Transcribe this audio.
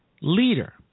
leader